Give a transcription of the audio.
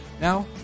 now